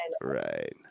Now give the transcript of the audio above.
right